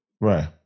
Right